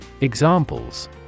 Examples